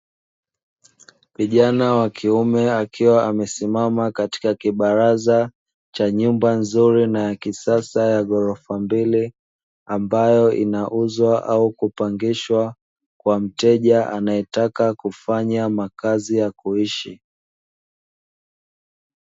Kijana wa kiume akiwa amesimama katika kibaraza, cha nyumba nzuri naya kisasa ya gorofa mbili, ambayo inauzwa au kupangishwa kwa mteja anayetaka kufanya makazi ya kuishi.